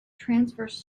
transverse